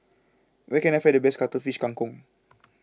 where can I find the best Cuttlefish Kang Kong